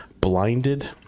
blinded